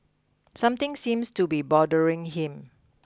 something seems to be bothering him